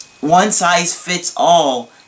one-size-fits-all